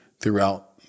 Throughout